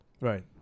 Right